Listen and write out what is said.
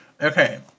Okay